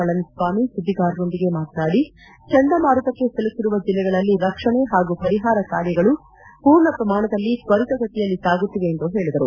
ಪಳನಿಸ್ವಾಮಿ ಸುದ್ದಿಗಾರರೊಂದಿಗೆ ಮಾತನಾಡಿ ಚಂಡಮಾರುತಕ್ಕೆ ಸಿಲುಕಿರುವ ಜಿಲ್ಲೆಗಳಲ್ಲಿ ರಕ್ಷಣೆ ಪಾಗೂ ಪರಿಪಾರ ಕಾರ್ಯಗಳು ಪೂರ್ಣ ಪ್ರಮಾಣದಲ್ಲಿ ಕ್ವರಿತಗತಿಯಲ್ಲಿ ಸಾಗುತ್ತಿವೆ ಎಂದು ಹೇಳಿದರು